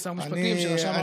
כשר משפטים שרשם העמותות,